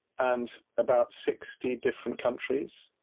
and about sixty different countries,